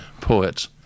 poets